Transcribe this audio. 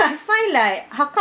I find like how come